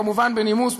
כמובן בנימוס,